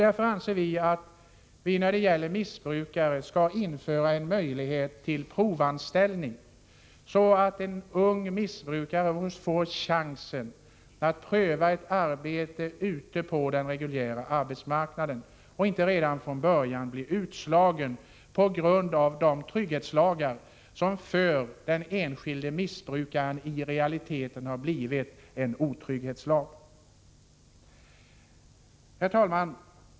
Därför bör vi införa en möjlighet till provanställning av missbrukare, så att en ung missbrukare kan få chansen att pröva ett arbete ute på den reguljära arbetsmarknaden -— i stället för att redan från början bli utslagen på grund av de trygghetslagar som för den enskilde missbrukaren i realiteten har blivit otrygghetslagar. Herr talman!